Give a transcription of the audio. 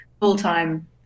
full-time